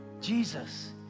Jesus